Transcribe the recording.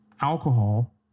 alcohol